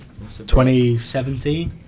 2017